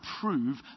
prove